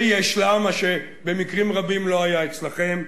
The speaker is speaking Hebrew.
ויש לה, מה שבמקרים רבים לא היה אצלכם,